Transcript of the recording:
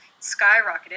skyrocketed